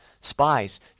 spies